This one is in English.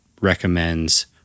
recommends